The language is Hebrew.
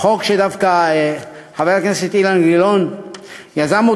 חוק שחבר הכנסת אילן גילאון יזם,